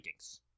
rankings